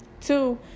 two